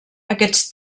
aquests